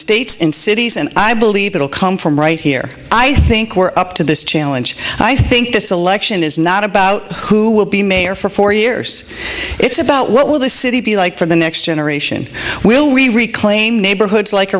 states and cities and i believe it'll come from right here i think we're up to this challenge i think this election is not about who will be mayor for four years it's about what will this city be like for the next generation will we reclaim neighborhoods like